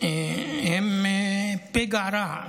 הם פגע רע,